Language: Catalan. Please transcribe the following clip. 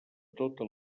tota